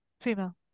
Female